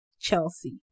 chelsea